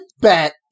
bet